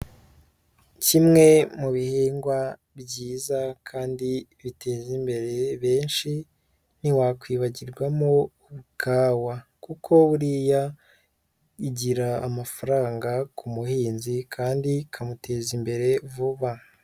Kimwe mu bihingwa byiza kandi biteje imbere benshi ntiwakwibagirwamo ikawa kuko buriya igira amafaranga kumuhinzi kandi ikamuteza imbere vuba.